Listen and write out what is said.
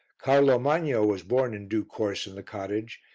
carlo magno was born in due course in the cottage,